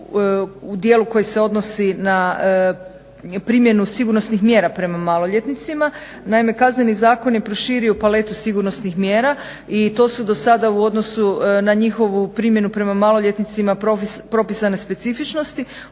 u dijelu koji se odnosi na primjenu sigurnosnih mjera prema maloljetnicima. Naime, Kazneni zakon je proširio paletu sigurnosnih mjera i to su do sada u odnosu na njihovu primjenu prema maloljetnicima propisane specifičnosti